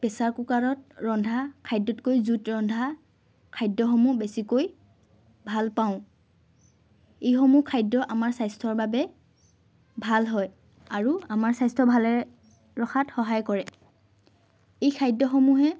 pressure কুকাৰত ৰন্ধা খাদ্যতকৈ জুইত ৰন্ধা খাদ্যসমূহ বেছিকৈ ভাল পাওঁ এইসমূহ খাদ্য আমাৰ স্বাস্থ্যৰ বাবে ভাল হয় আৰু আমাৰ স্বাস্থ্য ভালে ৰখাত সহায় কৰে এই খাদ্যসমূহে